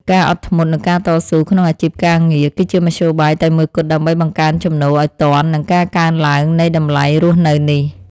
ការអត់ធ្មត់និងការតស៊ូក្នុងអាជីពការងារ គឺជាមធ្យោបាយតែមួយគត់ដើម្បីបង្កើនចំណូលឱ្យទាន់នឹងការកើនឡើងនៃតម្លៃរស់នៅនេះ។